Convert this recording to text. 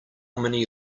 many